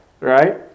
right